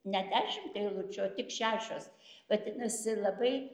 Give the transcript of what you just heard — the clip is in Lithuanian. ne dešimt eilučių o tik šešios vadinasi labai